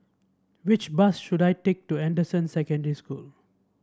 which bus should I take to Anderson Secondary School